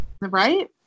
Right